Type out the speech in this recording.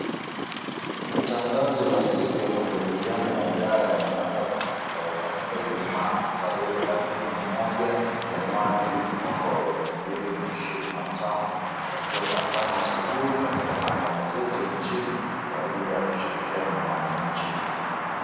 Ni tangazo ya siku ya majadiliano ya idara ya mahakama, itakayo fanyika ijumaa tarehe thelathini na moja ,januari mwaka wa elfu mbili na ishirini na tano, kuanzia saa tano asubuhi katika mahakama zote nchini kwa ajili ya kushirikiana na wananchi.